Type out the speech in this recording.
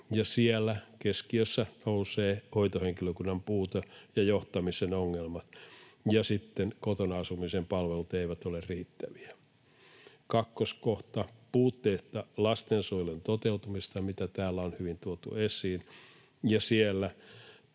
Siellä keskiöön nousee hoitohenkilökunnan puute ja johtamisen ongelmat, ja sitten kotona asumisen palvelut eivät ole riittäviä. 2) Puutteita lastensuojelun toteutumisessa, mitä täällä on hyvin tuotu esiin.